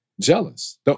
jealous